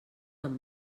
amb